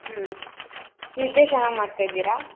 ಹ್ಞೂ ನಿದ್ದೆ ಚೆನ್ನಾಗಿ ಮಾಡ್ತಾ ಇದ್ದೀರಾ